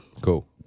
Cool